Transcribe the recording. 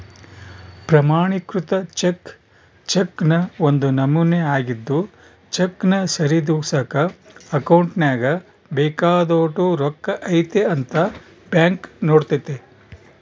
ಪ್ರಮಾಣಿಕೃತ ಚೆಕ್ ಚೆಕ್ನ ಒಂದು ನಮೂನೆ ಆಗಿದ್ದು ಚೆಕ್ನ ಸರಿದೂಗ್ಸಕ ಅಕೌಂಟ್ನಾಗ ಬೇಕಾದೋಟು ರೊಕ್ಕ ಐತೆ ಅಂತ ಬ್ಯಾಂಕ್ ನೋಡ್ತತೆ